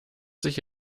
sich